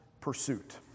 pursuit